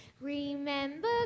Remember